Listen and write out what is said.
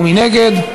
ומי נגד?